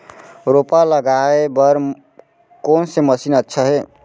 रोपा लगाय बर कोन से मशीन अच्छा हे?